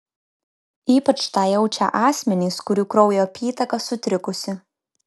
ypač tą jaučia asmenys kurių kraujo apytaka sutrikusi